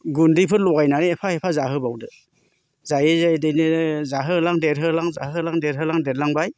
गुन्दैफोर लगायनानै एफा एफा जाहोबावदो जायै जायै देरनानै जाहो होलां देरहोलां जाहो होलां देरहोलां देरलांबाय